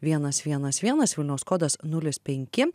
vienas vienas vienas vilniaus kodas nulis penki